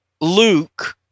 Luke